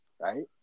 right